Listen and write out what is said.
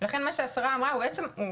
לכן מה שהשרה אמרה הוא חובה,